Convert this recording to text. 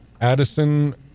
Addison